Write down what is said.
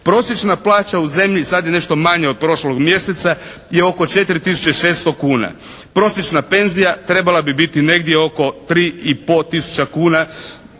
Prosječna plaća u zemlji sad je nešto manja od prošlog mjeseca je oko 4 tisuće 600 kuna. Prosječna penzija trebala bi biti negdje oko 3 i